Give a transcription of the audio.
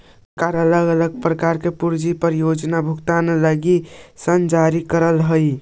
सरकार अलग अलग प्रकार के पूंजी परियोजना के भुगतान लगी ऋण जारी करवऽ हई